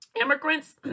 Immigrants